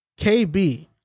KB